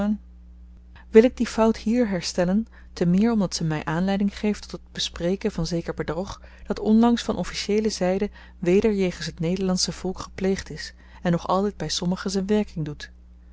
even wil ik die fout hier herstellen te meer omdat ze my aanleiding geeft tot het bespreken van zeker bedrog dat onlangs van officieele zyde weder jegens t nederlandsche volk gepleegd is en nog altyd by sommigen z'n werking doet